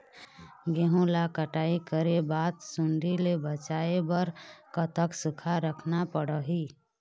गेहूं ला कटाई करे बाद सुण्डी ले बचाए बर कतक सूखा रखना पड़ही?